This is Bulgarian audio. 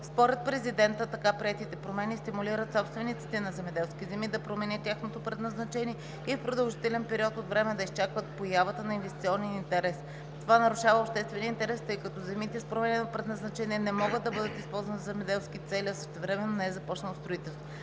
Според Президента, така приетите промени стимулират собствениците на земеделски земи да променят тяхното предназначение и в продължителен период от време да изчакват появата на инвестиционен интерес. Това нарушава обществения интерес, тъй като земите с променено предназначение не могат да бъдат използвани за земеделски цели, а същевременно не е започнало строителство.